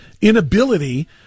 inability